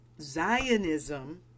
Zionism